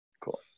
Cool